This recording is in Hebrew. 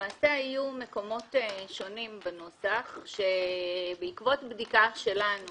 למעשה היו מקומות שונים בנוסח, שבעקבות בדיקה שלנו